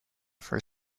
for